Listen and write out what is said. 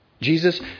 Jesus